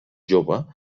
jove